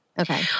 Okay